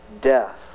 death